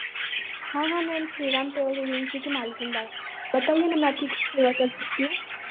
हाँ हाँ ma'am Shriram travel agency की मालकिन बात बताइए ना मैं आपकी क्या सेवा कर सकती हूँ